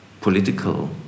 political